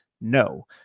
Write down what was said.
no